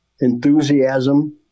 enthusiasm